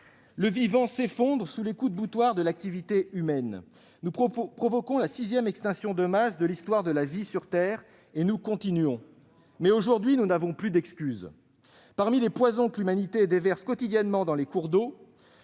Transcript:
Le vivant s'effondre sous les coups de boutoir de l'activité humaine. Nous provoquons la sixième extinction de masse de l'histoire de la vie sur terre et nous continuons. Mais aujourd'hui nous n'avons plus d'excuse. Parmi les poisons que l'humanité déverse quotidiennement dans les cours d'eau,